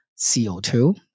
CO2